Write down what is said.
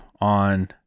on